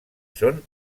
són